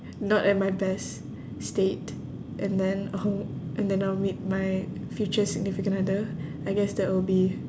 not at my best state and then uh and then I'll meet my future significant other I guess that will be